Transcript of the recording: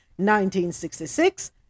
1966